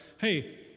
hey